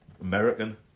American